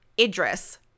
Idris